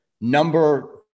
number